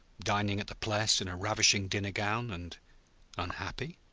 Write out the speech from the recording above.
dining at the pless in a ravishing dinner-gown, and unhappy?